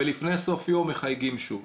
לפני סוף יום מחייגים שוב.